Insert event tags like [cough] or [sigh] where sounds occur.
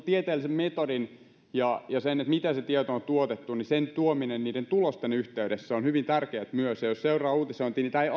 [unintelligible] tieteellisen metodin ja sen miten se tieto on tuotettu tuominen esiin tulosten yhteydessä on hyvin tärkeää myös jos seuraa uutisointia niin tämä ei [unintelligible]